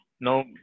no